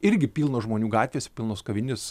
irgi pilnos žmonių gatvės pilnos kavinės